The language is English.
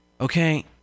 Okay